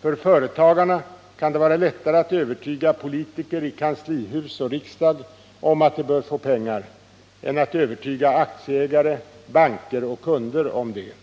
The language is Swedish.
För företagarna kan det vara lättare att övertyga politiker i kanslihus och riksdag om att de bör få pengar än att övertyga aktieägare, banker och kunder om det.